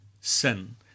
sin